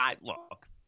Look